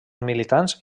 militants